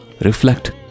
reflect